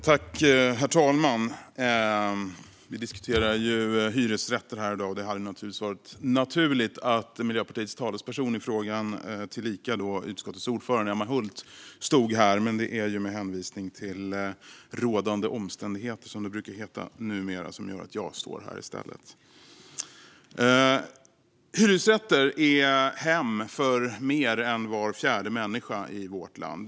Herr talman! Vi diskuterar hyresrätter här i dag. Det naturliga hade förstås varit att Miljöpartiets talesperson i frågan tillika utskottets ordförande Emma Hult stod här. Med hänvisning till rådande omständigheter, som det numera brukar heta, är det dock jag som står här i stället. Hyresrätter är hem för mer än var fjärde människa i vårt land.